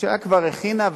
הממשלה כבר הכינה,